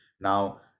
Now